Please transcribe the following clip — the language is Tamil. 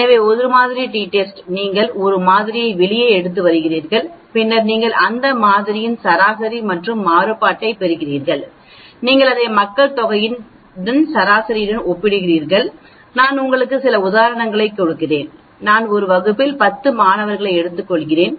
எனவே ஒரு மாதிரி டி டெஸ்ட் நீங்கள் ஒரு மாதிரியை வெளியே எடுத்து வருகிறீர்கள் பின்னர் நீங்கள் அந்த மாதிரியின் சராசரி மற்றும் மாறுபாட்டைப் பெறுகிறீர்கள் நீங்கள் அதை மக்கள்தொகையின் சராசரியுடன் ஒப்பிடுகிறீர்கள் நான் உங்களுக்கு சில உதாரணங்களைக் கொடுத்தேன் நான் ஒரு வகுப்பில் 10 மாணவர்களை எடுத்துக்கொள்கிறேன்